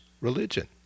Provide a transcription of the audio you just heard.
religion